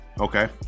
okay